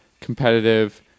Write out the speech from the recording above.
competitive